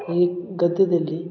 ಈ ಗದ್ಯದಲ್ಲಿ